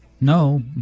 No